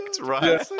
right